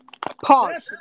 pause